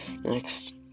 next